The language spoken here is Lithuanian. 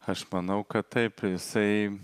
aš manau kad taip jisai